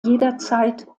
jederzeit